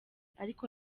ariko